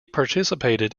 participated